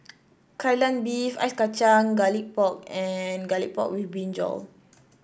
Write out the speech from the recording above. Kai Lan Beef Ice Kacang Garlic Pork and Garlic Pork with brinjal